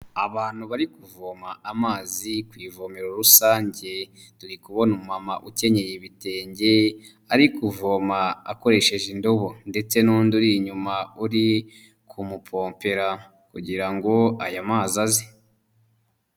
Abantu bari kuvoma amazi ku ivomero rusange, turi kubona umumama ukenyeye ibitenge ari kuvoma akoresheje indobo, ndetse n'undi uri inyuma uri kumupompera kugirango ngo aya mazi aze.